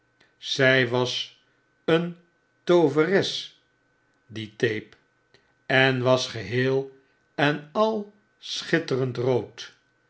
zi was een tooveres die tape en was geheel en al schitterend rood